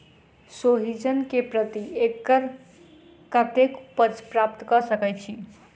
सोहिजन केँ प्रति एकड़ कतेक उपज प्राप्त कऽ सकै छी?